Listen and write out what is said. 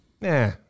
Nah